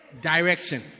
direction